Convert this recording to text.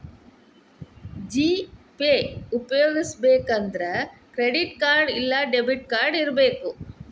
GPay ಉಪ್ಯೊಗಸ್ಬೆಕಂದ್ರ credit card ಇಲ್ಲಾ debit card ಇರಬಕು